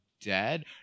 dead